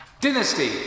Dynasty